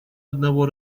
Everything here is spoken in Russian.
одного